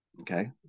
Okay